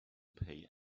pay